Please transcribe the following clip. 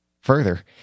further